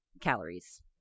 calories